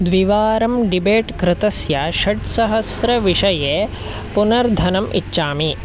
द्विवारं डिबेट् कृतस्य षट्सहस्रविषये पुनर्धनम् इच्छामि